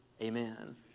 Amen